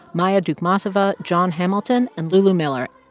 maya dukmasova, jon hamilton and lulu miller.